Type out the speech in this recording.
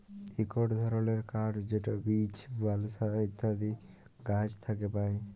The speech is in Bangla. ইকট ধরলের কাঠ যেট বীচ, বালসা ইত্যাদি গাহাচ থ্যাকে পায়